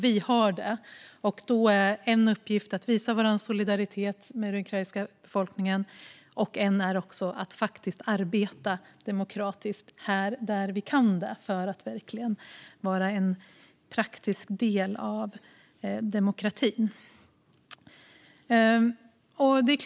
Vi har detta, och då är det en uppgift att visa solidaritet med den ukrainska befolkningen och att arbeta demokratiskt här där vi kan det, för att verkligen vara en praktisk del av demokratin.